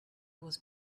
was